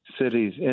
cities